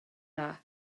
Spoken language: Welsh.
dda